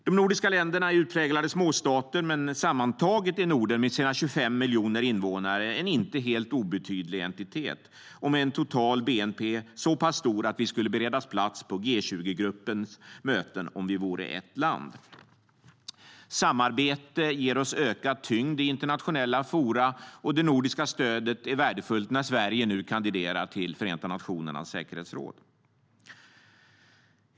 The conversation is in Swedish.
De nordiska länderna är utpräglade småstater, men sammantaget är Norden med sina 25 miljoner invånare en inte helt obetydlig entitet och med en total bnp så pass stor att vi skulle beredas plats på G20-gruppens möten om vi vore ett land. Samarbete ger oss ökad tyngd i internationella forum, och det nordiska stödet är värdefullt när Sverige nu kandiderar till Förenta nationernas säkerhetsråd.